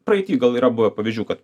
praeity gal yra buvę pavyzdžių kad